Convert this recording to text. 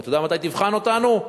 ואתה יודע מתי תבחן אותנו?